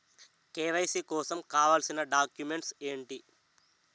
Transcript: KYC కోసం కావాల్సిన documents ఎంటి?